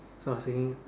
so I was thinking